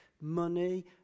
money